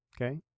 okay